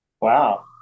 Wow